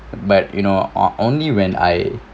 but you know or only when I